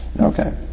Okay